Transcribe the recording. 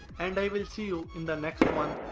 and i will see you in the next one.